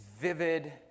vivid